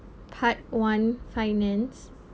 part one finance